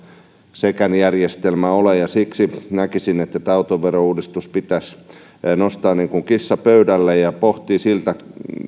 sekään järjestelmä ole siksi näkisin että tämä autoverouudistus pitäisi nostaa niin kuin kissa pöydälle ja pohtia siltä